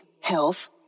health